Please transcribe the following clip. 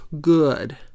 good